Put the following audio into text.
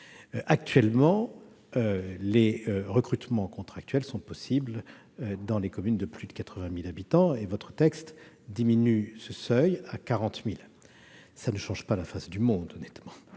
Actuellement, les recrutements contractuels sont possibles dans les communes de plus de 80 000 habitants. Votre texte abaisse ce seuil à 40 000 habitants, ce qui ne change pas la face du monde. S'agissant